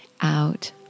out